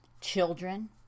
Children